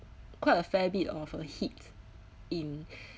quite a fair bit of a hit in